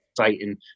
exciting